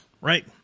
Right